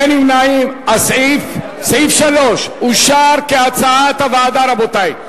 נמנעים, 2. סעיף 3 אושר כהצעת הוועדה, רבותי.